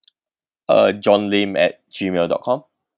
uh john lim at gmail dot com